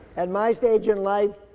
and my stage in life,